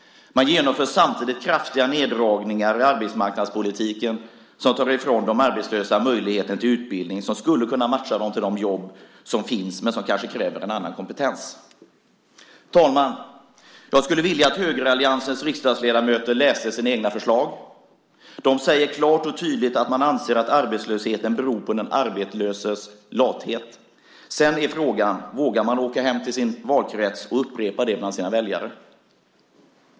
Man genomför samtidigt kraftiga neddragningar i arbetsmarknadspolitiken som tar ifrån de arbetslösa möjligheten till utbildning, som skulle kunna matcha dem till de jobb som finns men som kanske kräver en annan kompetens. Herr talman! Jag skulle vilja att högeralliansens riksdagsledamöter läste sina egna förslag. De säger klart och tydligt att man anser att arbetslösheten beror på den arbetslöses lathet. Sedan är frågan: Vågar man åka hem till sin valkrets och upprepa det bland sina väljare?